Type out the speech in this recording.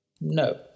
No